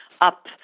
up